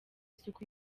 isuku